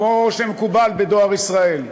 כמו שמקובל בדואר ישראל.